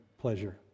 pleasure